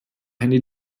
handy